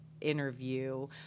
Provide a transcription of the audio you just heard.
interview